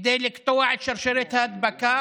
כדי לקטוע את שרשרת ההדבקה